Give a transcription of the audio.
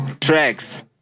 Tracks